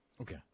Okay